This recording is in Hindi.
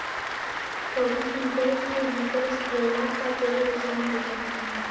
चौबीस घंटो के भीतर स्ट्रोमा का पूर्ण नुकसान हो सकता है